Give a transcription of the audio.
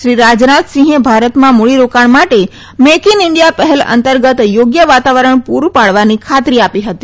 શ્રી રાજનાથસિંહે ભારતમાં મૂડીરોકાણ માટે મેક ઈન ઈન્જિયા પહેલ અંતર્ગત યોગ્ય વાતાવરણ પુરૂ પાડવાની ખાતરી આપ હતી